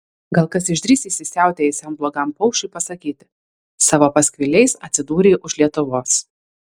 gal kas išdrįs įsisiautėjusiam blogam paukščiui pasakyti savo paskviliais atsidūrei už lietuvos